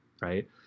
Right